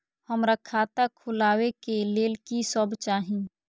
हमरा खाता खोलावे के लेल की सब चाही?